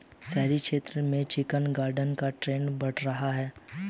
शहरी क्षेत्र में किचन गार्डन का ट्रेंड बढ़ रहा है